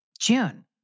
June